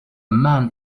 man